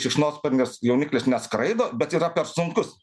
šikšnosparnis jauniklis neskraido bet yra per sunkus